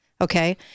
Okay